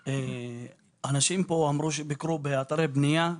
אנשים אמרו כאן שביקרו באתרי בנייה.